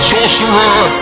Sorcerer